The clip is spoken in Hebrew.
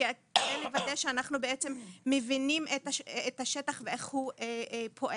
כדי לוודא שאנחנו בעצם מבינים את השטח ואיך הוא פועל.